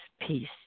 peace